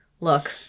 Look